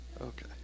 Okay